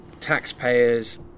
taxpayers